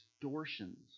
distortions